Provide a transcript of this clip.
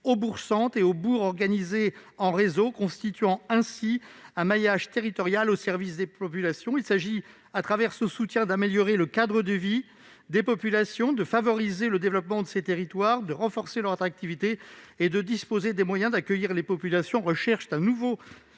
aux bourgs-centres et aux bourgs organisés en réseau, constituant ainsi un maillage territorial au service des populations. Il s'agit, à travers ce soutien, d'améliorer le cadre de vie des populations, de favoriser le développement de ces territoires, de renforcer leur attractivité et de disposer des moyens d'accueillir les personnes qui recherchent un nouveau